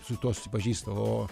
su tuo susipažįsta o